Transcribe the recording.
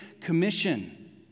commission